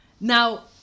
Now